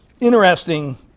interesting